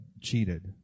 cheated